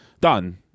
done